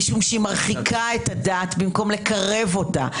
משום שהיא מרחיקה את הדת במקום לקרב אותה.